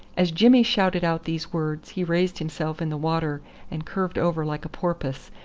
as jimmy shouted out these words he raised himself in the water and curved over like a porpoise,